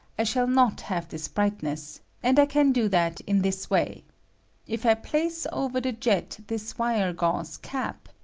i shall not have this brightness and i can do that in this way if i place over the jet this wire-gauze cap,